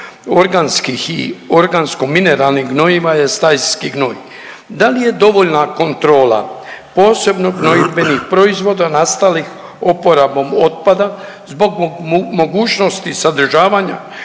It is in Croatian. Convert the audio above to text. organskih i organsko mineralnih gnojiva je stajski gnoj. Da li je dovoljna kontrola posebno gnojidbenih proizvoda nastali oporabom otpada zbog mogućnosti sadržavanja